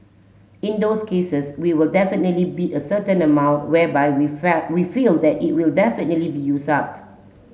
in those cases we will definitely bid a certain amount whereby we felt we feel that it will definitely be used up